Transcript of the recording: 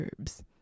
herbs